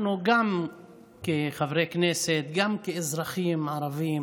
אנחנו, גם כחברי כנסת, גם כאזרחים ערבים